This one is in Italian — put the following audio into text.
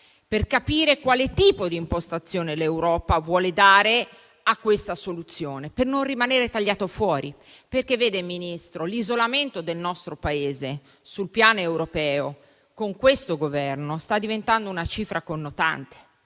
per capire quale tipo di impostazione l'Europa vuole dare a questa soluzione, per non rimanere tagliato fuori. Vede, signor Ministro, l'isolamento del nostro Paese sul piano europeo con questo Governo sta diventando una cifra connotante: